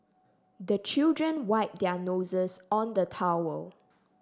the children wipe their noses on the towel